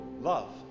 love